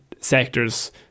sectors